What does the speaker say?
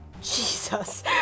Jesus